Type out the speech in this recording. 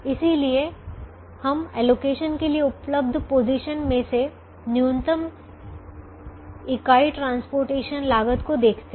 इसलिए हम एलोकेशन के लिए उपलब्ध पोजीशन्स में से न्यूनतम इकाई परिवहन लागत को देखते हैं